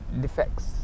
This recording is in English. defects